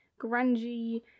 grungy